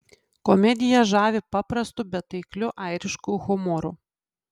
komedija žavi paprastu bet taikliu airišku humoru